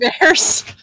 bears